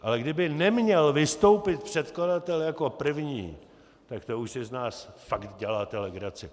Ale kdyby neměl vystoupit předkladatel jako první, tak to už si z nás fakt děláte legraci.